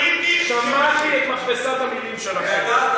שמעתי את מכבסת המילים שלכם,